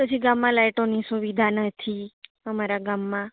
પછી ગામમાં લાઈટોની સુવિધા નથી અમારા ગામમાં